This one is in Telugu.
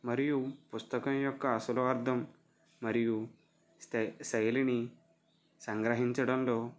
మరియు పుస్తకం యొక్క అసలు అర్థం మరియు స్తా శైలిని సంగ్రహించడంలో